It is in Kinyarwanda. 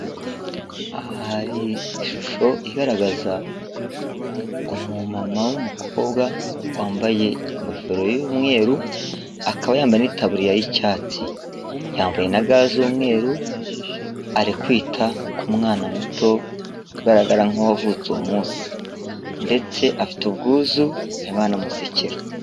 Aha hari ishusho igaragaza umumama w'umukobwa wambaye ingofero y'umweru, akaba yambaye n'itaburiya y'icyatsi, yambaye na ga z'umweru ari kwita ku mwana muto ugaragara nk'uwavutse uwo munsi ndetse afite ubwuzu ntibanamusekera.